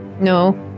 No